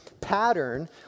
pattern